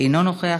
אינו נוכח.